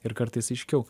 ir kartais aiškiau